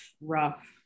Rough